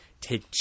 take